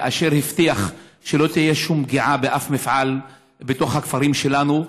אשר הבטיח שלא תהיה שום פגיעה באף מפעל בתוך הכפרים שלנו,